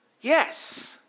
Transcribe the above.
Yes